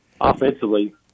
Offensively